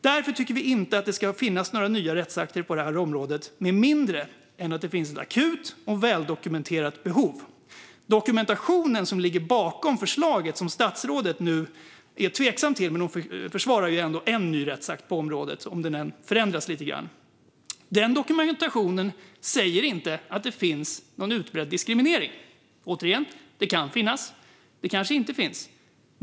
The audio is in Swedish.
Vi tycker därför inte att det ska finnas några nya rättsakter på detta område med mindre än att det finns ett akut och väldokumenterat behov. Statsrådet är nu tveksam till förslaget, men hon försvarar ändå en ny rättsakt på området om den förändras lite grann. Den dokumentation som ligger bakom förslaget säger inte att det finns någon utbredd diskriminering. Återigen: Det kan finnas. Det kanske inte finns.